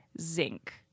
zinc